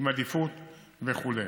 עם עדיפות וכו'.